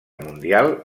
mundial